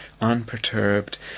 unperturbed